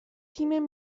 تیم